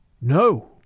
No